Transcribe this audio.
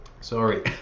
Sorry